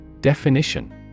Definition